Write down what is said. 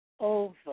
over